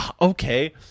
okay